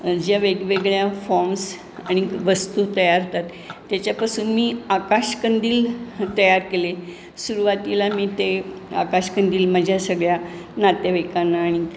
ज्या वेगवेगळ्या फॉर्म्स आणि वस्तू तयारतात त्याच्यापासून मी आकाशकंदील तयार केले सुरुवातीला मी ते आकाशकंदील माझ्या सगळ्या नातेवाईकांना आणि